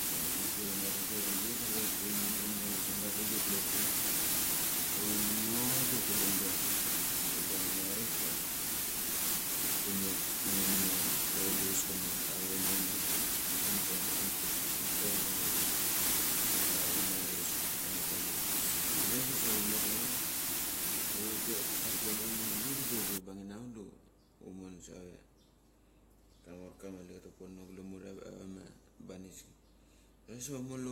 Sia mansa hut pea Vunapope avichei sa kule hut pe kunangatam gapik dok kule hut pe oimono doki dangbe chabang marik sa. Umet ngo ngunama, Paulus kana avaimga ma Into kana ava tumbucha kule sa humet nave, karki kiamaraut nave ivik, dok huribangi namek humon sema kamorka ma mali katak pono gelem hut avama baniski. Kule sa hutmo kule